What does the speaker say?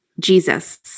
Jesus